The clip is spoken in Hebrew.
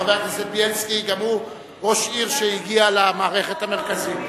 חבר הכנסת בילסקי גם הוא ראש עיר שהגיע למערכת המרכזית.